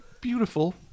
Beautiful